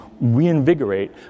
reinvigorate